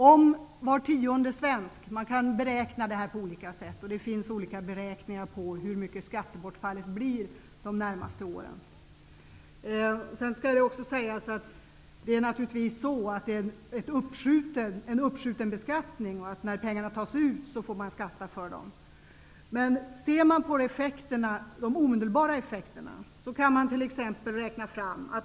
Olika beräkningar kan göras när det gäller storleken på skattebortfallet under de närmaste åren. Till detta skall sägas att det naturligtvis är så, att vid en uppskjuten beskattning får man skatta för pengarna när man tar ut dem.